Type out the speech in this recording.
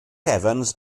evans